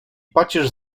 pacierz